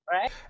right